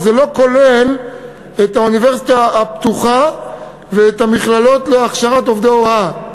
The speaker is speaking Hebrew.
וזה לא כולל את האוניברסיטה הפתוחה ואת המכללות להכשרת עובדי הוראה.